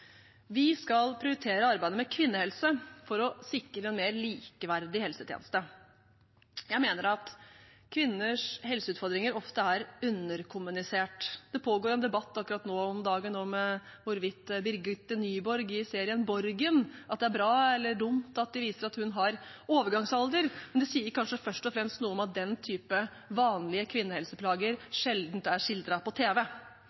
Vi skal prioritere arbeidet med kvinnehelse for å sikre en mer likeverdig helsetjeneste. Jeg mener at kvinners helseutfordringer ofte er underkommunisert. Det pågår en debatt akkurat nå om dagen om hvorvidt det er bra eller dumt at de viser at Birgitte Nyborg i serien «Borgen» har overgangsalder, men det sier kanskje først og fremst noe om at den type vanlige kvinnehelseplager sjeldent er skildret på tv.